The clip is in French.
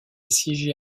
siégé